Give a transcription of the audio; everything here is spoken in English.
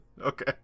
Okay